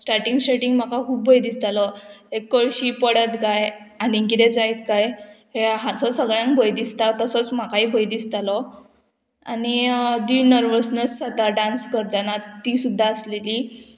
starting starting म्हाका खूब भंय दिसतालो ते कळशी पडत काय आनी कितें जायत काय हे हाचो सगळ्यांक भंय दिसता तसोच म्हाकाय भंय दिसतालो आनी जी नर्वसनस जाता डांस करतना ती सुद्दां आसलेली